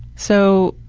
so,